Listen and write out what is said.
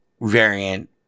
variant